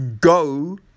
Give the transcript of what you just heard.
go